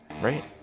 right